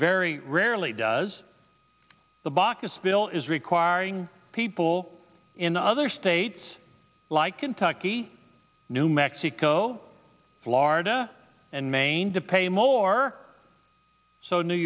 very rarely does the baucus bill is requiring people in other states like kentucky new mexico florida and maine to pay more so new